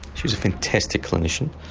she was a fantastic clinician,